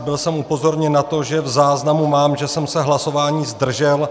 Byl jsem upozorněn na to, že v záznamu mám, že jsem se hlasování zdržel.